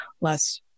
less